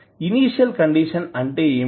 initial condition అంటే ఏమిటి